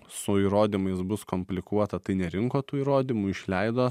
su įrodymais bus komplikuota tai nerinko tų įrodymų išleido